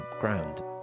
ground